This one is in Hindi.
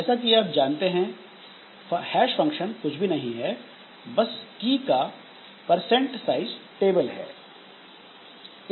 जैसा कि आप जानते हैं फंक्शन कुछ भी नहीं है बस की का परसेंट साइज टेबल है